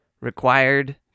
required